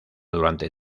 durante